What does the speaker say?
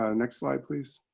ah next slide please.